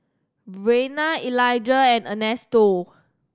Rayna Eligah and Ernesto